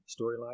storyline